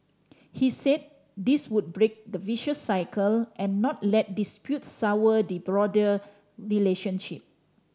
he said this would break the vicious cycle and not let disputes sour the broader relationship